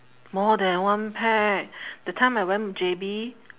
more than one pack that time I went J_B